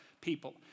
people